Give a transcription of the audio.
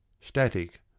static